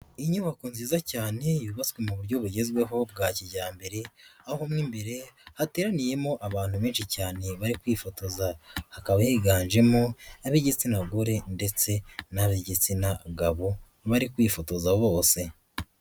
Inyubako nziza cyane yubatswe mu buryo bugezweho bwa kijyambere aho mo imbere hateraniyemo abantu benshi cyane bari kwifotoza, hakaba higanjemo ab'igitsina gore ndetse n'ab'igitsina gabo bari kwifotoza bose.